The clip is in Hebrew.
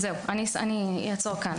זהו, אני אעצור כאן.